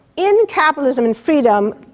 in capitalism and freedom,